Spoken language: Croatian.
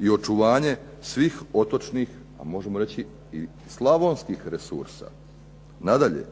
i očuvanje svih otočnih a možemo reći i slavonskih resursa. Nadalje,